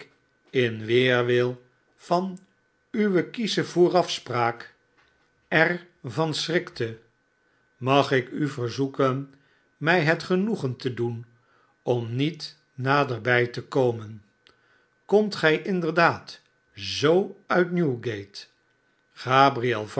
in weerwil van uwe kiesche voorafspraak er van schrikte mag ik u verzoeken mij het genoegen te doen ora met naderbij te komen komt gij inderdaad zoo uit newgate gabriel